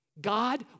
God